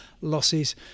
losses